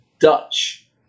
Dutch